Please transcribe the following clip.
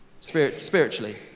Spiritually